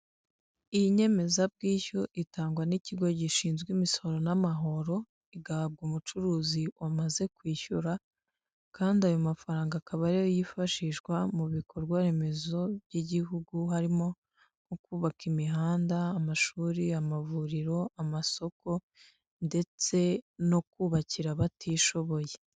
Iyi nyemezabwishyu itangwa n'ikigo gishinzwe imisoro n'amahoro, igahabwa umucuruzi wamaze kwishyura, kandi ayo mafaranga akaba ariyo yifashishwa mu bikorwa remezo by'igihugu harimo kubaka imihanda, amashuri, amavuriro, amasoko ndetse no kubakira abatishoboye.